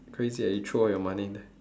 crazy eh you throw all your money there